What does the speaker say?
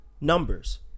numbers